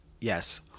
yes